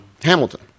Hamilton